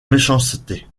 méchanceté